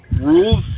Rules